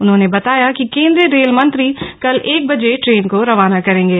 उन्होंने बताया कि केंद्रीय रेल मंत्री कल एक बजे ट्रेन को रवाना करेंगे